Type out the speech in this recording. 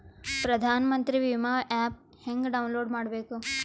ಪ್ರಧಾನಮಂತ್ರಿ ವಿಮಾ ಆ್ಯಪ್ ಹೆಂಗ ಡೌನ್ಲೋಡ್ ಮಾಡಬೇಕು?